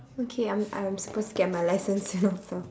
okay I'm I'm supposed to get my license you know so